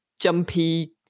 jumpy